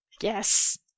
Yes